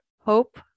hope